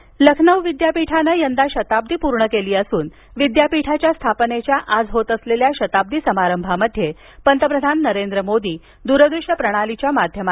शताब्दी लखनौ विद्यापीठानं यंदा शताब्दी पूर्ण केली असून विद्यापीठाच्या स्थापनेच्या आज होत असलेल्या शताब्दी समारभामध्ये पंतप्रधान नरेंद्र मोदी दूरदृष्य प्रणालीच्या माध्यमातून सहभागी होणार आहेत